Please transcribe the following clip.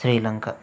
Sri Lanka